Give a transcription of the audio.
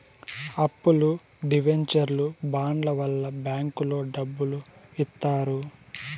అప్పులు డివెంచర్లు బాండ్ల వల్ల బ్యాంకులో డబ్బులు ఇత్తారు